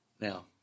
Now